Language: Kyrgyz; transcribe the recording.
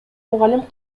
мугалим